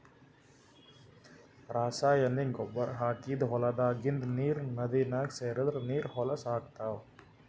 ರಾಸಾಯನಿಕ್ ಗೊಬ್ಬರ್ ಹಾಕಿದ್ದ್ ಹೊಲದಾಗಿಂದ್ ನೀರ್ ನದಿನಾಗ್ ಸೇರದ್ರ್ ನೀರ್ ಹೊಲಸ್ ಆಗ್ತಾವ್